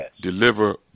deliver